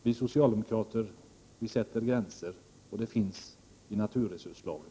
Vi socialdemokrater sätter gränser, och dessa finns i naturresurslagen.